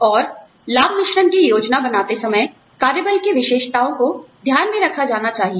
और लाभ मिश्रण की योजना बनाते समय कार्यबल की विशेषताओं को ध्यान में रखा जाना चाहिए